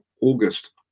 August